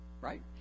right